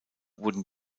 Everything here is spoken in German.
wurden